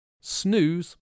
snooze